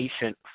patient